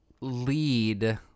lead